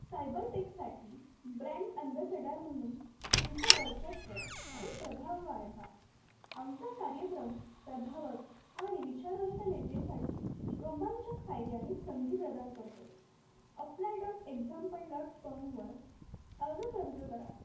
cyber टेकसाठी brand ambassador म्हणून तुमचा वर्चस्व आणि प्रभाव वाढवा आमचा कार्यक्रम प्रभावक आणि विचारवंत नेतेसाठी रोमांचक फायदे आणि संधी प्रदान करतो अप्लाय डॉट एक्झाम्पल डॉट कॉमवर आजच अर्ज करा